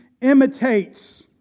imitates